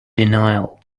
denial